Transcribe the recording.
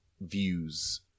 views